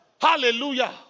Hallelujah